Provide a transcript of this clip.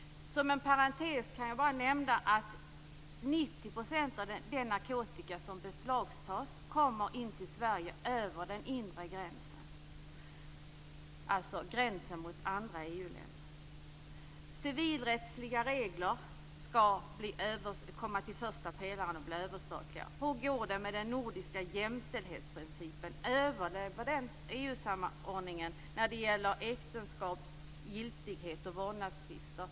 Som en parentes kan jag nämna att 90 % av den narkotika som beslagtas kommer in till Sverige över den inre gränsen, alltså gränsen mot andra EU Civilrättsliga regler skall föras över till första pelaren och bli överstatliga. Hur går det med den nordiska jämställdhetsprincipen? Överlever den EU samordningen när det gäller äktenskaps giltighet och vårdnadstvister?